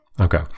Okay